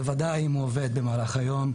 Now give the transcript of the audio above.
בוודאי אם הוא עובד או לומד במהלך היום.